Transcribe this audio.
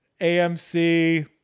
AMC